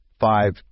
five